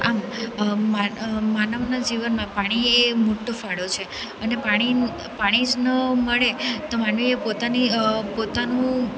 આમ માનવના જીવનમાં પાણી એ મોટો ફાળો છે અને પાણી પાણી જ ન મળે તો માનવીએ પોતાની પોતાનું